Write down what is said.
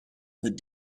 love